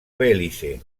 belize